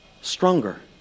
stronger